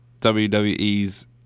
WWE's